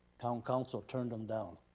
town council turned em down.